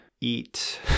eat